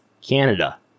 Canada